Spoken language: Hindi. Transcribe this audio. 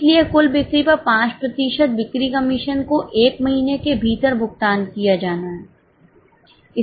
इसलिए कुल बिक्री पर 5 प्रतिशत बिक्री कमीशन को एक महीने के भीतर भुगतान किया जाना है